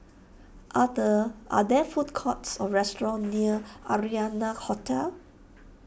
are the are there food courts or restaurants near Arianna Hotel